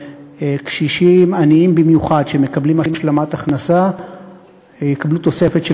קשישים עניים במיוחד שמקבלים השלמת הכנסה יקבלו תוספת של